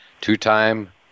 two-time